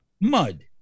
mud